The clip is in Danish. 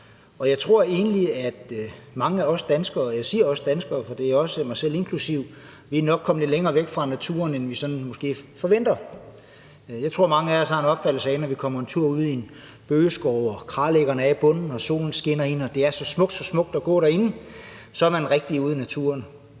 Jeg tror egentlig, at mange af os danskere – jeg siger »os danskere«, for det er inklusive mig selv – nok er kommet lidt længere væk fra naturen, end vi sådan måske forventede. Når man kommer en tur ud i en bøgeskov og kralæggerne er i bunden, og solen skinner ind, og det er så smukt, så smukt at gå derinde i skoven, så tror jeg, at